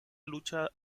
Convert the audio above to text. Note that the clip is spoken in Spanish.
lucha